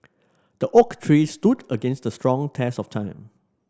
the oak tree stood against strong test of time